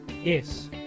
Yes